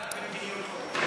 על הציבור שלהם?